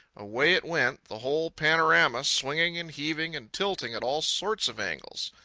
away it went, the whole panorama, swinging and heaving and tilting at all sorts of angles.